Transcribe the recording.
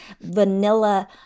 vanilla